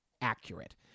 accurate